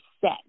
set